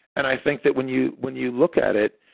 and i think that when you when you look at it,